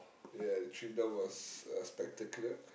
ya the trip down was uh spectacular